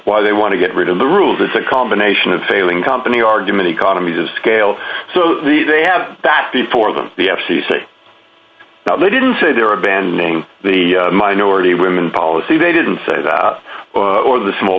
why they want to get rid of the rules is a combination of failing company argument economies of scale so they have that before them the f c c didn't say there are a band name the minority women policy they didn't say that or the small